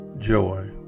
Joy